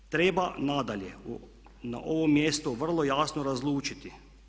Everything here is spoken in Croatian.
Treba nadalje na ovom mjestu vrlo jasno razlučiti.